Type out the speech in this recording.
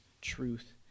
truth